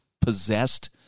possessed